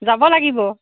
যাব লাগিব